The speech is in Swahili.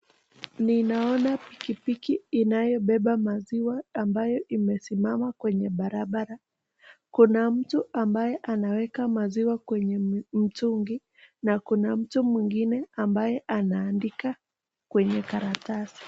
Ninaona pikipiki inayobeba maziwa ambayo imesimama kwenye barabara. Kuna mtu ambaye anaweka maziwa kwenye mtungi na kuna mtu mwingine ambaye anaandika kwenye karatasi.